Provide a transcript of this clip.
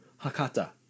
Hakata